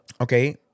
Okay